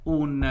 un